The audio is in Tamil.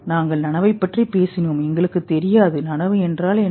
நாங்கள் நனவைப் பற்றி பேசினோம் எங்களுக்குத் தெரியாது நனவு என்றால் என்ன